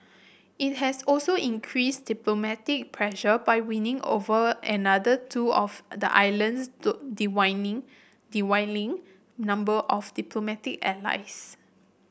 it has also increased diplomatic pressure by winning over another two of the island's dwindling number of diplomatic allies